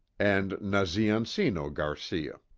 and nazean-ceno garcia.